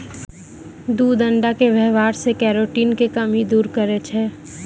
दूध अण्डा के वेवहार से केरोटिन के कमी दूर करै छै